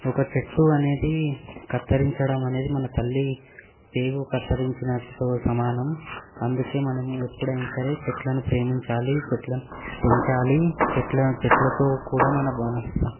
ఒక చెట్టు అనేది కత్తిరించడం అనేది మన తల్లి పేగు కతరించినట్టుతో సమానం అందుకే మనము ఎప్పుడు అయినా సరే చెట్లను ప్రేమించాలి చెట్లను పెంచాలి చెట్లను చెట్లతో కూడా మన